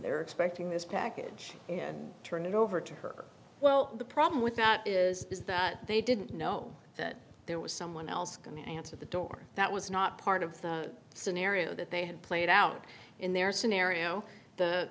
they're expecting this package and turn it over to her well the problem with that is is that they didn't know that there was someone else can answer the door that was not part of the scenario that they had played out in their scenario the